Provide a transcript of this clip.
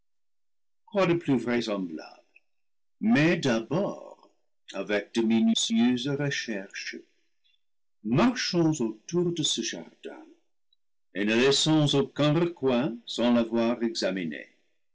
mais d'abord avec de minutieuses recherches marchons autour de ce jardin et ne laissons aucun recoin sans l'avoir examiné